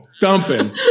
dumping